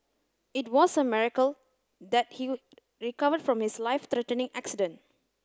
it was a miracle that he recovered from his life threatening accident